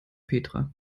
petra